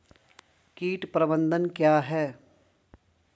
कीट प्रबंधन क्या है?